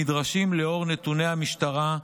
נדרשים לאור נתוני המשטרה,